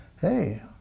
Hey